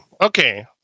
okay